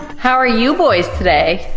how are you boys today?